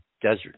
desert